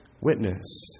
witness